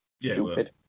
Stupid